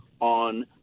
on